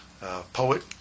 poet